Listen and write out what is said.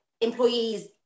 employees